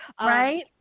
Right